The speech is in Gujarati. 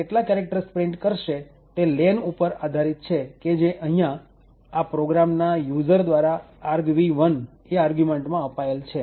કેટલા કેરેક્ટર્સ પ્રિન્ટ કરશે તે len ઉપર આધારિત છે કે જે અહીં આ પ્રોગ્રામ ના યુઝર દ્વારા argv1 માં અપાયેલ છે